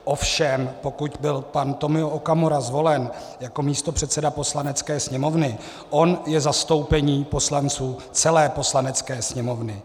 Ovšem pokud byl pan Tomio Okamura zvolen jako místopředseda Poslanecké sněmovny, on je zastoupení poslanců celé Poslanecké sněmovny.